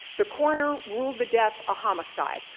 the coroner ruled the death a homicide,